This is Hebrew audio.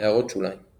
== הערות שוליים ==